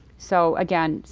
so, again,